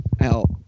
out